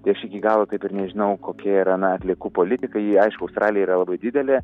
tai aš iki galo taip ir nežinau kokia yra na atliekų politika ji aišku australija yra labai didelė